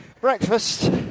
Breakfast